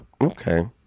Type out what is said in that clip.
Okay